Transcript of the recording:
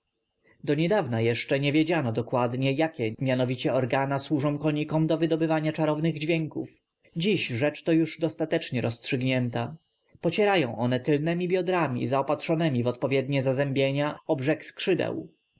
do niedawna jeszcze nie wiedziano dokładnie jakie mianowicie organa służą konikom do wydobywania czarownych dźwięków dziś rzecz to już dostatecznie roztrzygnięta pocierają one tylnemi biodrami zaopatrzonemi w odpowiednie zazębienia o brzeg skrzydeł